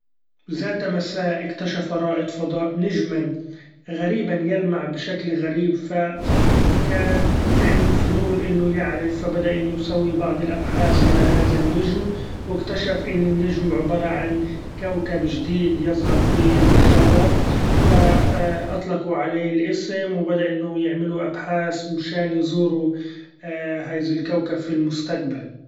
ذات مساء إكتشف رائد فضاء نچما غريب يلمع بشكل غريب! فكان عنده فضول إنه يعرف، ف بدأ إنه يسوي بعض الابحاث على هذا النچم واكتشف إن النچم عبارة عن كوكب چديد يظهر في المچرة ، ف اطلقوا عليه الاسم وبدأوا إنه يعملوا ابحاث من شإن يزوروا هذي الكوكب في المستقبل.